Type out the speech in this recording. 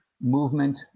movement